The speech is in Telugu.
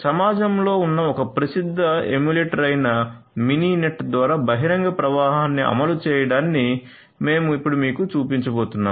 సమాజంలో ఉన్న ఒక ప్రసిద్ధ ఎమ్యులేటర్ అయిన మినీనెట్ ద్వారా బహిరంగ ప్రవాహాన్ని అమలు చేయడాన్ని మేము ఇప్పుడు మీకు చూపించబోతున్నాము